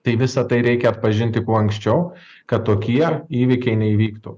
tai visa tai reikia atpažinti kuo anksčiau kad tokie įvykiai neįvyktų